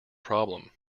problem